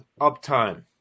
uptime